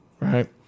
Right